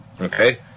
Okay